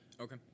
Okay